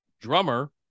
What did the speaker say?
drummer